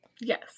Yes